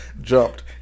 jumped